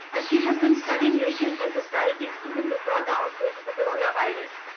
as she has been studying racial health disparities even before the outbreak of the coronavirus,